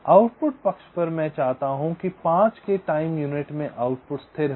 output पक्ष पर मैं चाहता हूं कि 5 के टाइम यूनिट में आउटपुट स्थिर हो